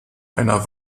einer